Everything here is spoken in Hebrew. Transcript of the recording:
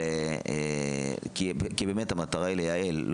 כי באמת המטרה היא לייעל,